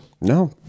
No